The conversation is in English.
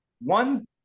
one